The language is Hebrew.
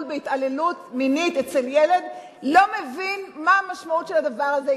בהתעללות מינית אצל ילד לא מבין מה המשמעות של הדבר הזה.